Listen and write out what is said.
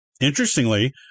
Interestingly